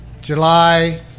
July